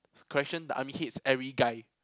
correction the army hates every guy